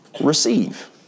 receive